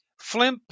Flimp